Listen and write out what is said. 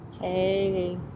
Hey